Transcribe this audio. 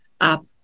up